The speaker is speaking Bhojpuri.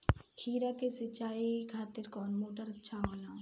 खीरा के सिचाई खातिर कौन मोटर अच्छा होला?